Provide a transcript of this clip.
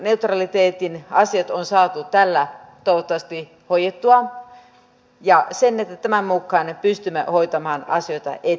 kilpailuneutraliteetin asiat on saatu tällä toivottavasti hoidettua ja tämän mukaan me pystymme hoitamaan asioita eteenpäin